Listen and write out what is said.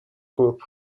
group